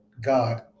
God